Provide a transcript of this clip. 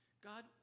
God